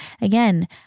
again